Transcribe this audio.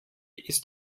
ist